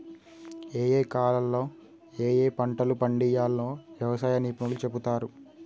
ఏయే కాలాల్లో ఏయే పంటలు పండియ్యాల్నో వ్యవసాయ నిపుణులు చెపుతారు